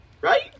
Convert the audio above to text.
Right